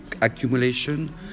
accumulation